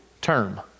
term